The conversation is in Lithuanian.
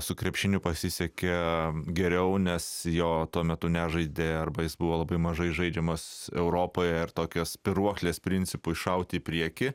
su krepšiniu pasisekė geriau nes jo tuo metu nežaidė arba jis buvo labai mažai žaidžiamas europoje ar tokios spyruoklės principu iššauti į priekį